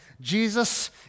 Jesus